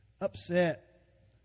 upset